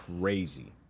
crazy